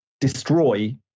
destroy